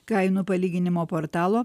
kainų palyginimo portalo